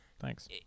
thanks